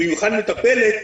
במיוחד מטפלת,